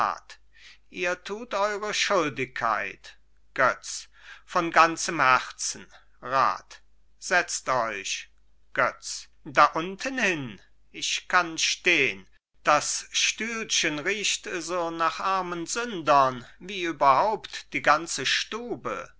ihr tut eure schuldigkeit götz von ganzem herzen rat setzt euch götz da unten hin ich kann stehn das stühlchen riecht so nach armen sündern wie überhaupt die ganze stube